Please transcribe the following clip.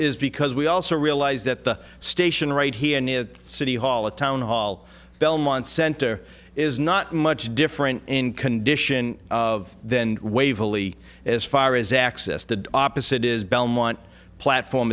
is because we also realize that the station right here near city hall the town hall belmont center is not much different in condition of then waverly as far as access the opposite is belmont lat form